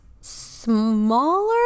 smaller